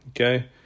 Okay